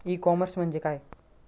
E commerce म्हणजे काय?